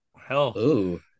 hell